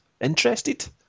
interested